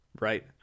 Right